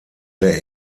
der